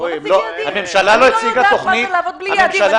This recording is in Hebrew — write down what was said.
אני לא יודעת --- יעדים --- אבל